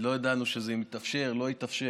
לא ידענו אם זה יתאפשר או לא יתאפשר,